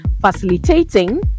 facilitating